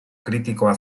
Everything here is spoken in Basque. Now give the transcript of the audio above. kritikoa